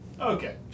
Okay